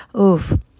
Oof